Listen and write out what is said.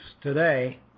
today